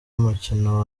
umukino